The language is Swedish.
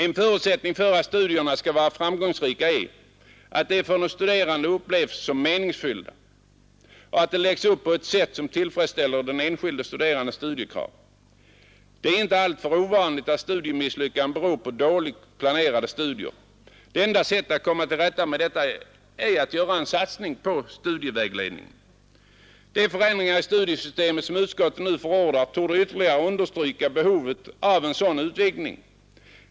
En förutsättning för att studierna skall vara framgångsrika är att de av den studerande upplevs som meningsfyllda och att de läggs upp på ett sätt som tillfredsställer den enskilde studerandes studiekrav. Det är inte alltför ovanligt att studiemisslyckanden beror på dåligt planerade studier. Det enda sättet att komma till rätta med detta är att göra en satsning på studievägledningen. De förändringar i studiesystemet som utskottet nu förordar torde ytterligare understryka behovet av en sådan utvidgning.